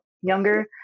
younger